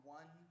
one